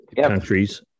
countries